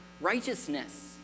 righteousness